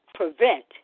Prevent